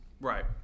Right